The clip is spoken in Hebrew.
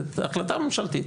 זו החלטה ממשלתית.